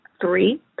three